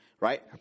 Right